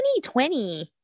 2020